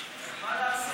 רבה.